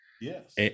Yes